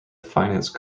finance